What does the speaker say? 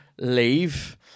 leave